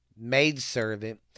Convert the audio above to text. maidservant